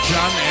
John